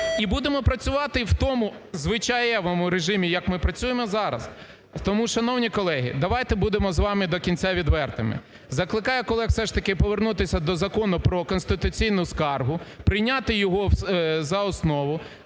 і будемо працювати в тому звичаєвому режимі, як ми працюємо зараз. Тому, шановні колеги, давайте будемо з вами до кінця відвертими. Закликаю колег все ж таки повернутися до Закону про конституційну скаргу, прийняти його за основу,